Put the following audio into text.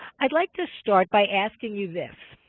i'd like to start by asking you this.